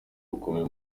bukomeye